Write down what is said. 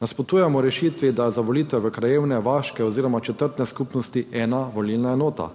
Nasprotujemo rešitvi, da je za volitve v krajevne, vaške oziroma četrtne skupnosti ena volilna enota.